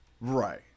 Right